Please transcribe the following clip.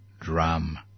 drum